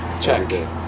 Check